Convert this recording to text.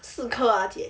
四颗牙子